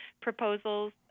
proposals